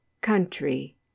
country